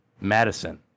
Madison